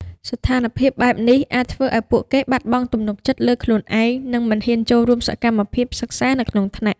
ស្ថានភាពបែបនេះអាចធ្វើឱ្យពួកគេបាត់បង់ទំនុកចិត្តលើខ្លួនឯង និងមិនហ៊ានចូលរួមសកម្មភាពសិក្សានៅក្នុងថ្នាក់។